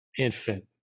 infant